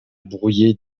brouiller